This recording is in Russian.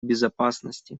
безопасности